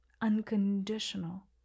Unconditional